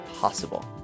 possible